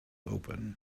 open